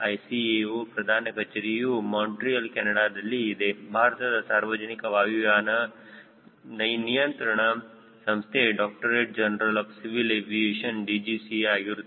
ICAO ಪ್ರಧಾನ ಕಚೇರಿಯು Montreal ಕೆನಡಾದಲ್ಲಿ ಇದೆ ಭಾರತದ ಸಾರ್ವಜನಿಕ ವಾಯುಯಾನದ ನಿಯಂತ್ರಕ ಸಂಸ್ಥೆ directorate general of civil aviation DGCA ಆಗಿರುತ್ತದೆ